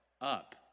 up